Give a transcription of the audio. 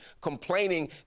complaining